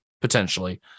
potentially